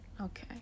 Okay